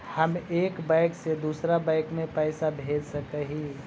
हम एक बैंक से दुसर बैंक में पैसा भेज सक हिय?